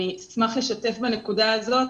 אשמח לשתף בנקודה הזאת